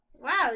wow